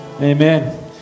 Amen